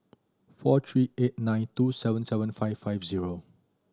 four three eight nine two seven seven five five zero